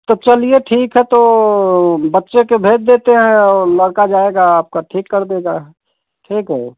तो चलिए ठीक है तो बच्चे को भेज देते हैं और लड़का जाएगा आपका ठीक कर देगा ठीक है